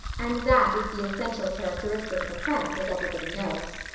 and that is the essential characteristic of a crank, as everybody knows.